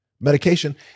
medication